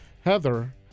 Heather